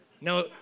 No